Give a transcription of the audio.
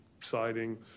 siding